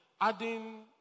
adding